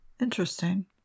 interesting